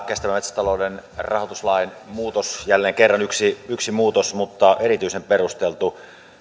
kestävän metsätalouden rahoituslain muutoksella jälleen kerran yksi yksi muutos mutta erityisen perusteltu